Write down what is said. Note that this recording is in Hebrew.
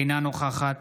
אינה נוכחת